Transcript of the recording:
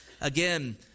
again